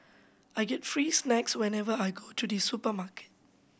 I get free snacks whenever I go to the supermarket